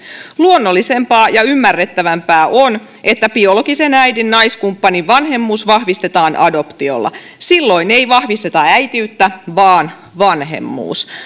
luonnollisempaa ja ymmärrettävämpää on että biologisen äidin naiskumppanin vanhemmuus vahvistetaan adoptiolla silloin ei vahvisteta äitiyttä vaan vanhemmuus